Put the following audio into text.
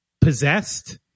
possessed